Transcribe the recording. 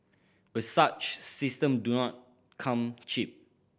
but such system do not come cheap